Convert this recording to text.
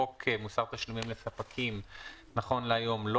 חוק מוסר תשלומים לספקים נכון להיום לא